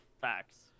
Facts